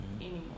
anymore